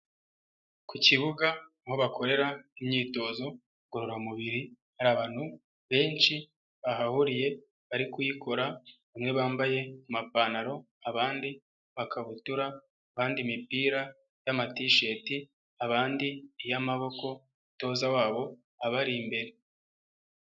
Ku kibuga aho bakorera imyitozo ngororamubiri, hari abantu benshi bahahuriye bari kuyikora, bamwe bambaye amapantaro, abandi amakabutura, abandi imipira y'amatisheti, abandi iy'amaboko, umutoza wabo abari imbere.